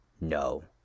no